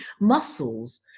muscles